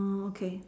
okay